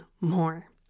more